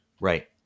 right